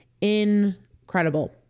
incredible